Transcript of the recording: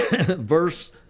verse